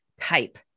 type